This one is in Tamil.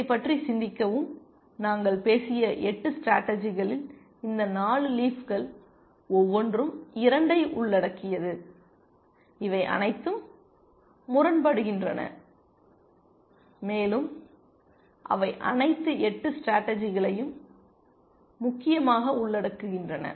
இதைப் பற்றி சிந்திக்கவும் நாங்கள் பேசிய 8 ஸ்டேடர்ஜிகளில் இந்த 4 லீஃப்கள் ஒவ்வொன்றும் 2ஐ உள்ளடக்கியது அவை அனைத்தும் முரண்படுகின்றன மேலும் அவை அனைத்து 8 ஸ்டேடர்ஜிகளையும் முக்கியமாக உள்ளடக்குகின்றன